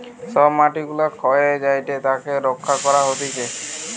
সব মাটি গুলা ক্ষয়ে যায়েটে তাকে রক্ষা করা হতিছে